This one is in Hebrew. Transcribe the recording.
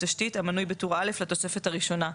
תשתית המנוי בטור א' לתוספת הראשונה.